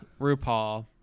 RuPaul